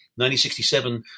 1967